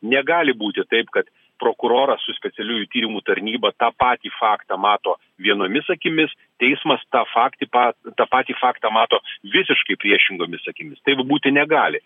negali būti taip kad prokuroras su specialiųjų tyrimų tarnyba tą patį faktą mato vienomis akimis teismas tą faktį pa tą patį faktą mato visiškai priešingomis akimis taip būti negali